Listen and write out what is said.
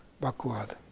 backward